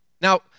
Now